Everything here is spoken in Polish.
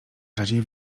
rzadziej